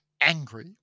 angry